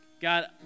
God